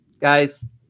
guys